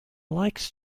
likes